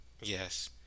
Yes